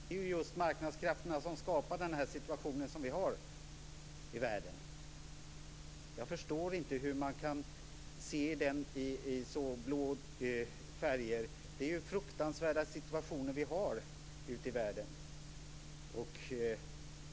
Fru talman! Chris Heister, det är ju just marknadskrafterna som skapar den situation som råder i världen. Jag förstår inte hur man kan se den i så blå färger. Det är ju fruktansvärda situationer som råder ute i världen.